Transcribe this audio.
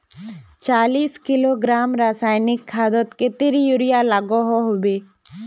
चालीस किलोग्राम रासायनिक खादोत कतेरी यूरिया लागोहो होबे?